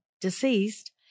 deceased